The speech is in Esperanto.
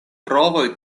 provoj